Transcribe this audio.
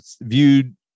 viewed